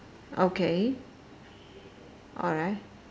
okay alright